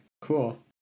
cool